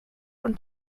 und